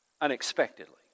unexpectedly